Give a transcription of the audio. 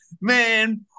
man